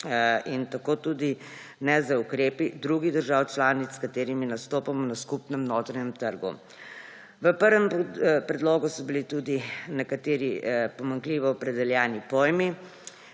in tako tudi ne z ukrepi drugih držav članic, s katerimi nastopamo na skupnem notranjem trgu. V prvem predlogu so bili tudi nekateri pomanjkljivo opredeljeni pojmi,